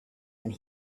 and